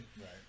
Right